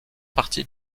partie